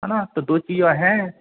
है ना तो दो चीज़ें हैं